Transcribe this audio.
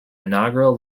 inaugural